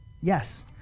Yes